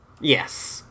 Yes